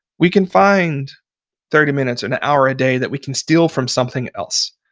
we can find thirty minutes, an hour a day that we can steal from something else.